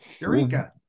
Eureka